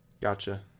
Gotcha